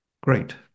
Great